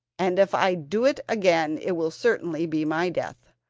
and if i do it again it will certainly be my death.